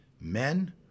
Men